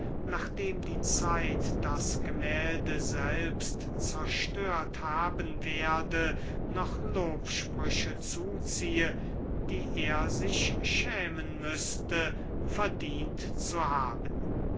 nachdem die zeit das gemählde selbst zerstört haben werde noch lobsprüche zuziehe die er sich schämen müßte verdient zu haben